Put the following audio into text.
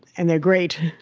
and they're great.